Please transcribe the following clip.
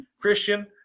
Christian